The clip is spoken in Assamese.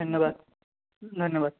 ধন্যবাদ ধন্যবাদ